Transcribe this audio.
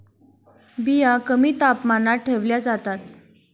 बिया कमी तापमानात ठेवल्या जातात